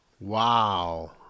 Wow